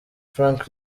frank